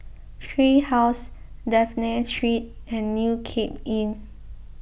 Tree House Dafne Street and New Cape Inn